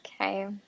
okay